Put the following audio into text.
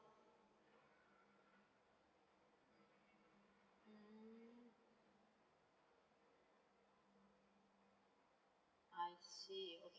mm I see okay